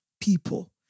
people